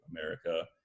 America